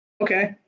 Okay